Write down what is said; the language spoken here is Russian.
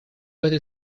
этой